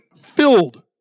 filled